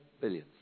billions